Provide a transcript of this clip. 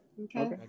Okay